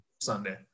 Sunday